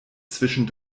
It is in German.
zwischen